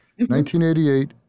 1988